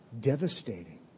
devastating